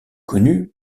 connu